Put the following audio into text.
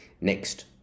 Next